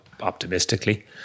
optimistically